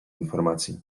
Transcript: informacji